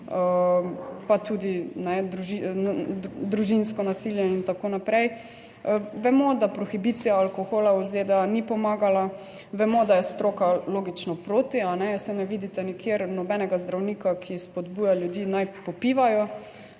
pa tudi družinsko nasilje in tako naprej. Vemo, da prohibicija alkohola v ZDA ni pomagala. Vemo, da je stroka logično proti, saj ne vidite nikjer nobenega zdravnika, ki spodbuja ljudi, naj popivajo,